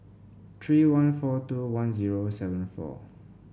three one four two one zero seven four